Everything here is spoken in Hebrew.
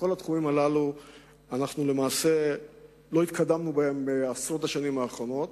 בכל התחומים הללו למעשה לא התקדמנו בעשרות השנים האחרונות,